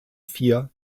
vier